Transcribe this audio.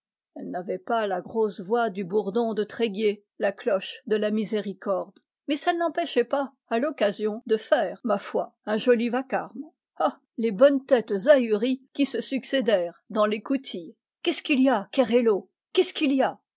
elle n'avait pas la grosse voix du bourdon de tréguier la cloche de la miséricorde mais ça ne l'empêchait pas à l'occasion de faire ma foi un joli vacarme ah les bonnes têtes ahuries qui se succédèrent dans l'écoutille qu'est-ce qu'il y a kerello qu'est-ce qu'il y a